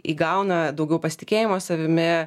įgauna daugiau pasitikėjimo savimi